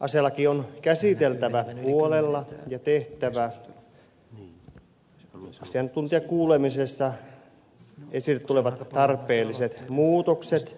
aselaki on käsiteltävä huolella ja siihen tehtävä asiantuntijakuulemisessa esille tulevat tarpeelliset muutokset